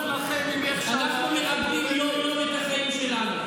אנחנו מאבדים יום-יום את החיים שלנו.